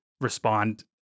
respond